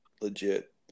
legit